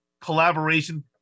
collaboration